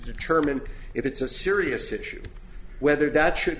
determine if it's a serious issue whether that should